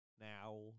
now